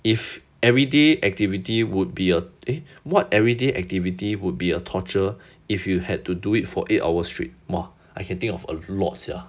if everyday activity would be uh eh what everyday activity would be a torture if you had to do it for eight hours straight !wah! I can think of a lot sia